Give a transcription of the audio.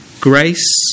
grace